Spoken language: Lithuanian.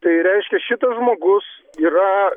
tai reiškia šitas žmogus yra